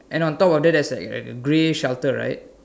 and on top of that there's like a grey shelter right